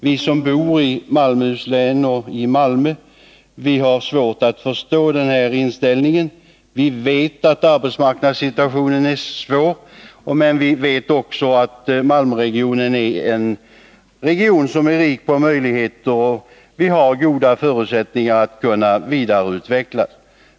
Vi som bor i Malmö och Malmöhus län har svårt att förstå denna inställning. Vi vet att arbetsmarknadssituationen är svår. Men vi vet också att Malmöregionen är en region som är rik på möjligheter och har goda förutsättningar att vidareutvecklas.